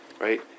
right